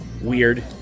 weird